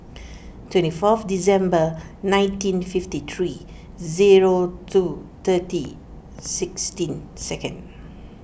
twenty fourth December nineteen fifty three zero two thirty sixteen seconds